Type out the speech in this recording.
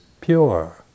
pure